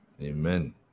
Amen